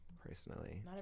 Personally